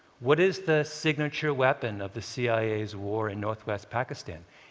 what is the signature weapon of the cia's war in northwest pakistan?